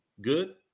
good